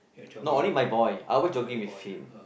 no only my boy I always jogging with him